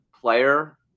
player –